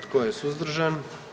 Tko je suzdržan?